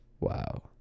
Wow